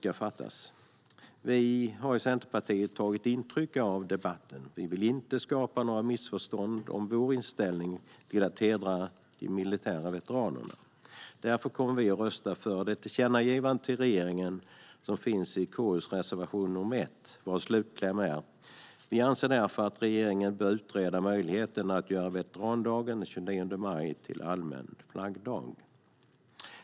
Vi i Centerpartiet har tagit intryck av debatten. Vi vill inte skapa några missförstånd om vår inställning till att hedra de militära veteranerna. Därför kommer vi att rösta för det förslag till tillkännagivande till regeringen som finns i reservation 1. Slutklämmen lyder: "Vi anser därför att regeringen bör utreda möjligheten att göra veterandagen den 29 maj till allmän flaggdag."